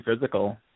physical